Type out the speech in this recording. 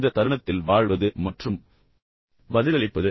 இந்த தருணத்தில் வாழ்வது மற்றும் பதிலளிப்பது